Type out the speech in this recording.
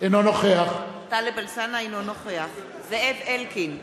אינו נוכח זאב אלקין,